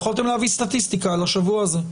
יכולתם להביא סטטיסטיקה על השבוע הזה.